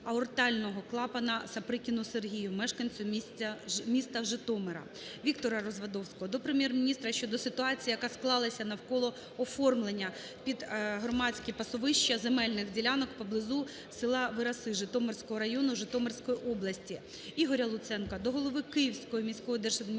аортального клапана Саприкіну Сергію мешканцю міста Житомира. ВіктораРазвадовського до Прем'єр-міністра щодо ситуації, яка склалася навколо оформлення під громадські пасовища земельних ділянок поблизу села Вераси Житомирського району, Житомирської області. Ігоря Луценка до голови Київської міської держадміністрації